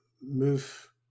move